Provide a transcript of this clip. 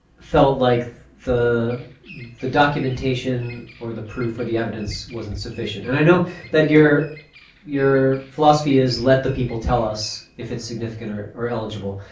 felt like the the documentation or the proof or the evidence wasn't sufficient. and i know that your your philosophy is let the people tell us if it's significant or or eligible.